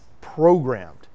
programmed